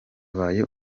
abaye